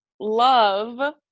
love